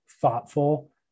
thoughtful